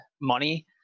money